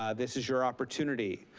ah this is your opportunity.